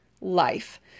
life